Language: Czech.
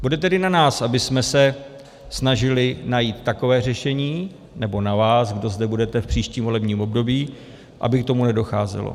Bude tedy na nás, abychom se snažili najít takové řešení, nebo na vás, kdo zde budete v příštím volební období, aby k tomu nedocházelo.